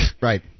right